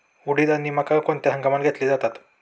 उडीद आणि मका कोणत्या हंगामात घेतले जातात?